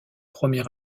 premier